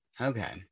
Okay